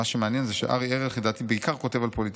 מה שמעניין זה שאריה ארליך בעיקר כותב על פוליטיקה.